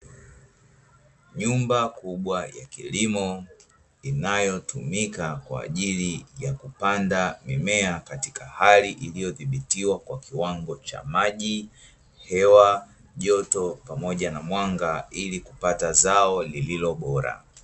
Nyumba kubwa ya kilimo inayotumika kwa ajili ya kupanda mimea katika hali iliyodhibitiwa kwa kiwango cha maji, hewa, joto, pamoja na mwanga ili kupata zao lililo bora.